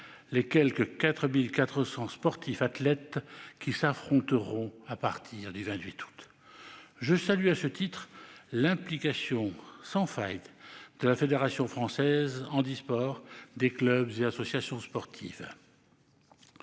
les quelque 4 400 athlètes qui concourront à partir du 28 août 2024. Je salue à ce titre l'implication sans failles de la Fédération française handisport, des clubs et des associations sportives.